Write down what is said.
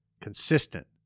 consistent